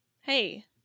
Hey